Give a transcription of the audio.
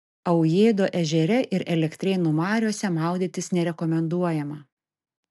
aujėdo ežere ir elektrėnų mariose maudytis nerekomenduojama